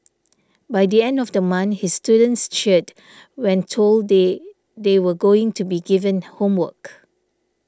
by the end of the month his students cheered when told they they were going to be given homework